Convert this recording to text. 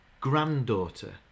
granddaughter